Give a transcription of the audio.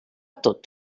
tot